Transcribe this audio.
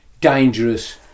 dangerous